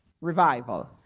revival